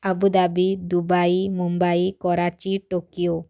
Abu Dhabi Dubai Mumbai Karachi Tokyo